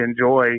enjoy